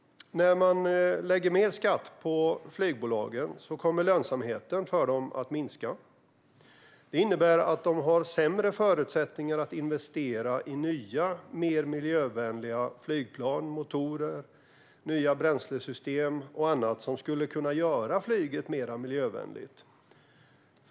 När man lägger mer skatt på flygbolagen kommer lönsamheten för dem att minska. Det innebär att de får sämre förutsättningar att investera i nya, mer miljövänliga flygplan, motorer, nya bränslesystem och annat som skulle kunna göra flyget mer miljövänligt.